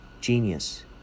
Genius